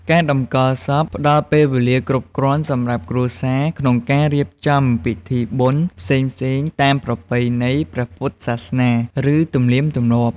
ការតម្កល់សពផ្តល់ពេលវេលាគ្រប់គ្រាន់សម្រាប់គ្រួសារក្នុងការ រៀបចំពិធីបុណ្យ ផ្សេងៗតាមប្រពៃណីព្រះពុទ្ធសាសនា ឬទំនៀមទម្លាប់។